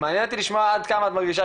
מעניין אותי לשמוע עד כמה את מרגישה